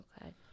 okay